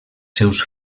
seus